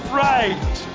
right